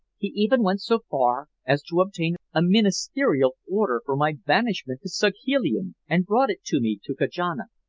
he even went so far as to obtain a ministerial order for my banishment to saghalien and brought it to me to kajana,